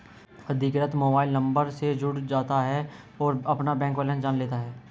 अधिकृत mobile number से जुड़ जाता है और अपना बैंक बेलेंस जान लेता है